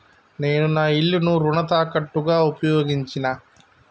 నేను నా ఇల్లును రుణ తాకట్టుగా ఉపయోగించినా